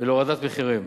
ולהורדת מחירים.